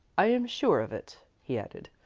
i am sure of it, he added.